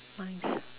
mines